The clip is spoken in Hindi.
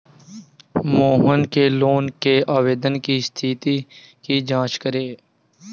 मोहन के लोन के आवेदन की स्थिति की जाँच करें